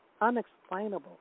unexplainable